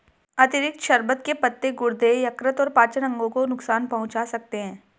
अतिरिक्त शर्बत के पत्ते गुर्दे, यकृत और पाचन अंगों को नुकसान पहुंचा सकते हैं